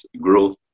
growth